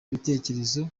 ibitekerezo